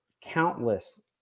countless